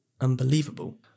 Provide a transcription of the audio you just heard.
unbelievable